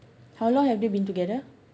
how long have they been together